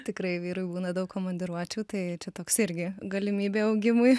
tikrai vyrui būna daug komandiruočių tai čia toks irgi galimybė augimui